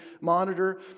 monitor